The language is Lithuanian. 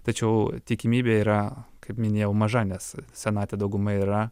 tačiau tikimybė yra kaip minėjau maža nes senate dauguma yra